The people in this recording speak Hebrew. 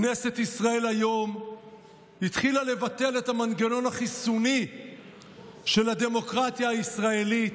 כנסת ישראל היום התחילה לבטל את המנגנון החיסוני של הדמוקרטיה הישראלית,